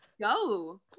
go